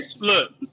Look